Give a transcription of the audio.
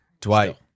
Dwight